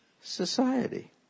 society